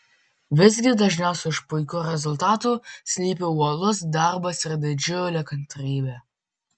visgi dažniausiai už puikių rezultatų slypi uolus darbas ir didžiulė kantrybė